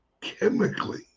chemically